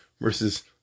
versus